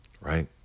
Right